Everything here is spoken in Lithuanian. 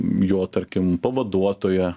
jo tarkim pavaduotoja